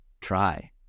try